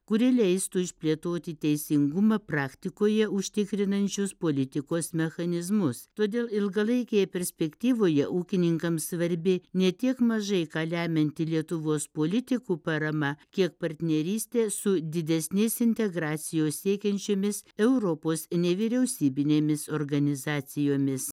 kuri leistų išplėtoti teisingumą praktikoje užtikrinančius politikos mechanizmus todėl ilgalaikėje perspektyvoje ūkininkams svarbi ne tiek mažai ką lemianti lietuvos politikų parama kiek partnerystė su didesnės integracijos siekiančiomis europos nevyriausybinėmis organizacijomis